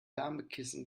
wärmekissen